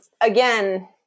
Again